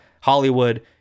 Hollywood